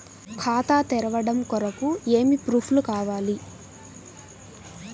ఖాతా తెరవడం కొరకు ఏమి ప్రూఫ్లు కావాలి?